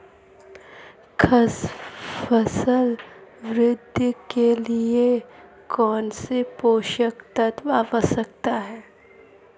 फसल वृद्धि के लिए कौनसे पोषक तत्व आवश्यक हैं?